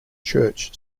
church